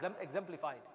exemplified